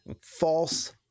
false